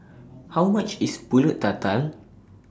How much IS Pulut Tatal